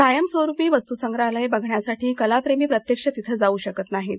कायमस्वरूपी वस्तूसंप्रहालय बघण्यासाठी कलाप्रेमी प्रत्यक्ष तिथं जाऊ शकत नाहीत